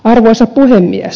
arvoisa puhemies